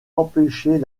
empêcher